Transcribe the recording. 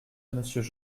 monsieur